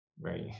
right